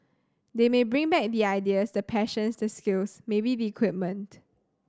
they may bring back the ideas the passions the skills maybe the equipment